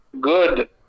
good